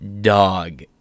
dog